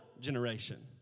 generation